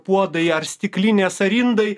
puodai ar stiklinės ar indai